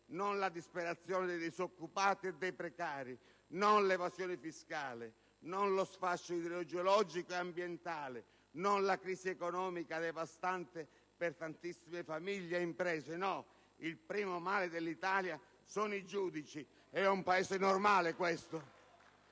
non la disperazione dei disoccupati e dei precari, non l'evasione fiscale, non lo sfascio idrogeologico e ambientale, non la crisi economica devastante per tantissime famiglie e imprese. No, il primo male dell'Italia sono i giudici. *(Applausi del senatore